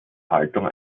haltung